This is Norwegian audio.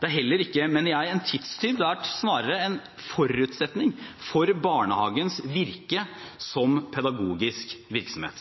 Det er heller ikke, mener jeg, en tidstyv, det er snarere en forutsetning for barnehagens virke som pedagogisk virksomhet.